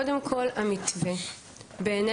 קודם כול, המתווה בעינינו